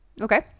Okay